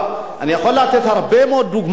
אני יכול לתת הרבה מאוד דוגמאות,